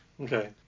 Okay